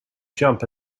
jump